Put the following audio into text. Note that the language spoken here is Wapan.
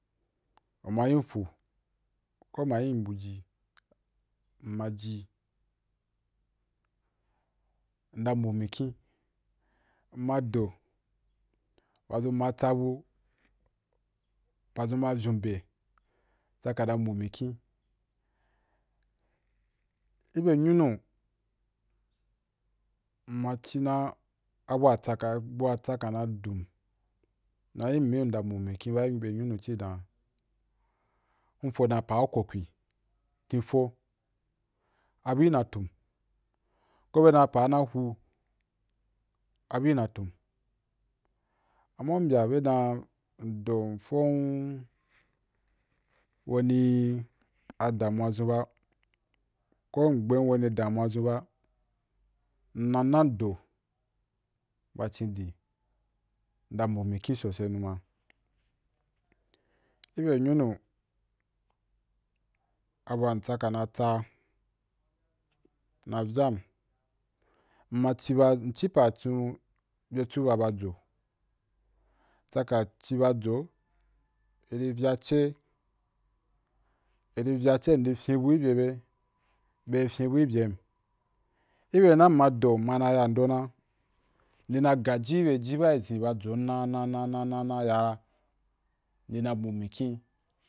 U ma yi fú, ko ma yin buju īn ma ji, nda mbu mikyin. In ma do, īn ma tsabu pa zun ma ryon be in kana mbi mikyin-ki bye ntunu īn ma cina buwa ma tsaka na du, na yín mī na mbu mīkyin ba, in fo dan ɓa ko kwí, tīn fo abu’ ꞌ na tun, ko bye dan pa’a na hu abu’ na tun. Ama u mbya bye dan in do in fora waní damuwa zun ba, in gbe, warni damuwa zun ba, in nana, in do ba fín dí inna mbu mikyim sosai numə kí bye nyunu, bu wa inna tsaka na tsa na vyan, īn ma, ǐnci pa nacun ba jo – in tsaka cí ba jo, iri vyace, indi fyin bu kí byebe, bye ftínbu ki byemí. Ki byena in ma do in ma na yando na, inna gaji kí bye ji wa i zin na na na ya, indi na mbu mikyin